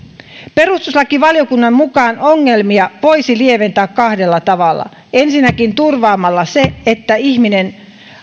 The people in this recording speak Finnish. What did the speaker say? perustuslakivaliokunnan mukaan ongelmia voisi lieventää kahdella tavalla ensinnäkin turvaamalla sen että ihminen